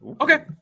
Okay